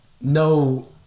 no